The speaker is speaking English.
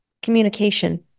Communication